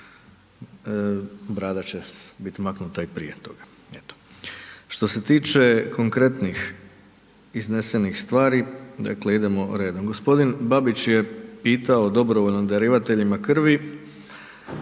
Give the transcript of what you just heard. brada će bit maknuta i prije toga. Što se tiče konkretnih iznesen stvari, dakle idemo redom. G. Babić je pitao o dobrovoljnim darivateljima krvi,